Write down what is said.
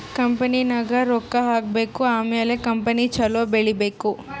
ಕಂಪನಿನಾಗ್ ರೊಕ್ಕಾ ಹಾಕಬೇಕ್ ಆಮ್ಯಾಲ ಕಂಪನಿ ಛಲೋ ಬೆಳೀಬೇಕ್